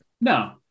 No